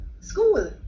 school